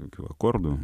kokių akordų